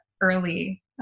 early